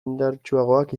indartsuagoak